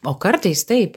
o kartais taip